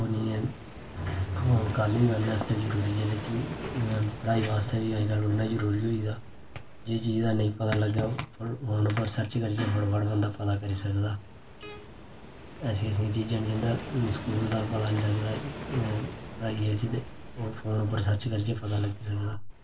ओह् नी ऐ गल्ल बी करने आस्तै जरूरी ऐ लेकिन पढ़ाई वास्तै बी अज्जकल उन्ना जरूरी होई गेदा जिस चीज दा नेईं पता लग्गै ओह् फोन उप्पर सर्च करियै फटोफट बंदा पता करी सकदा ऐसियां ऐसियां चीजां न जिंदा स्कूल दा पता नी लगदा पढ़ाई ऐसी ते फोन उप्पर सर्च करियै पता लग्गी सकदा